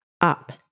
up